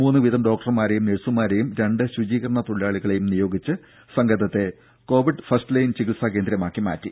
മൂന്ന് വീതം ഡോക്ടർമാരെയും നഴ്സുമാരെയും രണ്ട് ശുചീകരണ തൊഴിലാളികളെയും നിയോഗിച്ച് സങ്കേതത്തെ കോവിഡ് ഫസ്റ്റ്ലൈൻ ചികിത്സാ കേന്ദ്രമാക്കി മാറ്റി